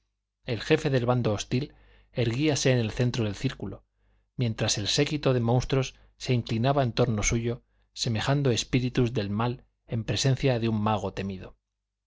el jefe del bando hostil erguíase en el centro del círculo mientras el séquito de monstruos se inclinaba en torno suyo semejando espíritus del mal en presencia de un mago temido